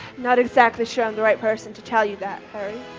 not exactly sure i'm the right person to tell you that, harry.